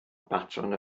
baton